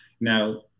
Now